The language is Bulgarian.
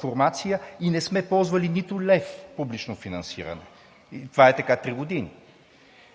формация и не сме ползвали нито лев публично финансиране. Това е така три години.